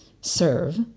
serve